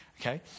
Okay